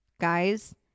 guys